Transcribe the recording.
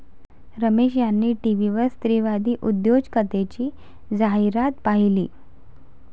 रमेश यांनी टीव्हीवर स्त्रीवादी उद्योजकतेची जाहिरात पाहिली